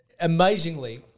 amazingly